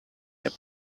kept